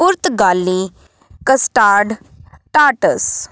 Portugal custard tarts